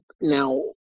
Now